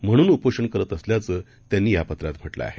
म्हणून उपोषण सुरू करत असल्याचं त्यांनी या पत्रात म्हटलं आहे